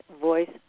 voice